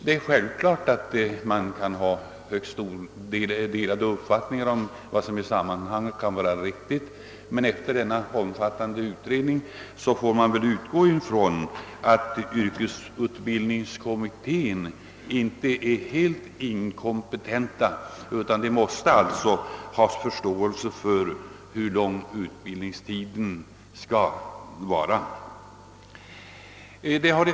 Det är självklart att man kan ha delade meningar om vad som i det avseendet kan vara riktigt, men efter den omfattande utredningen får man väl utgå ifrån att skogsbrukets yrkesutbildningskommitté inte är helt inkompetent utan måste ha förståelse för hur lång utbildningstiden bör vara.